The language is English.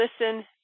listen